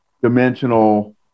dimensional